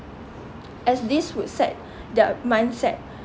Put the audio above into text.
as this would set their mindset